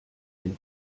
wenn